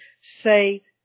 say